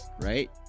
right